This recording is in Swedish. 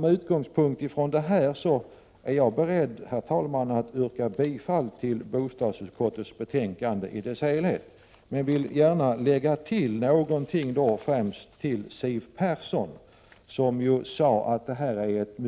Med utgångspunkt i detta är jag beredd att yrka bifall till bostadsutskottets hemställan i dess helhet, men jag vill gärna lägga till någonting, främst till Siw Persson, som sade att detta är ett